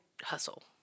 hustle